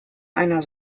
einer